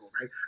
right